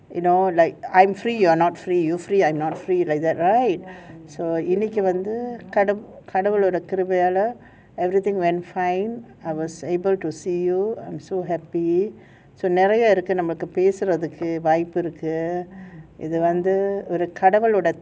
you know like I'm free you're not free you free I'm not free like that right so இன்னக்கி வந்து கடவுளோட கிருபையால:innakki vanthu kadavuloda kirubayaaala everything went fine I was able to see you I'm so happy நெறைய இருக்கு நம்பளுக்கு பேசரதுக்கு வாய்ப்பு இருக்கு இது வந்து கடவுளோட:neraya irukku nambalukku pesarathukku vaaippu irukku ithu vanthu kadavuloda